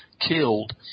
killed